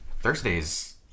Thursday's